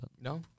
No